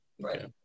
right